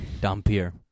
Dampier